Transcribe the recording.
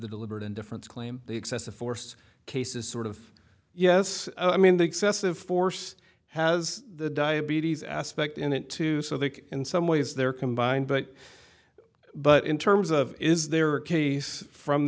the deliberate indifference claim the excessive force cases sort of yes i mean the excessive force has diabetes aspect in it too so that in some ways there combined but but in terms of is there a case from